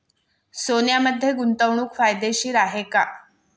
सोन्यामध्ये गुंतवणूक फायदेशीर आहे का?